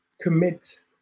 commit